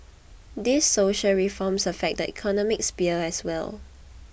these social reforms affect the economic sphere as well